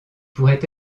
pourraient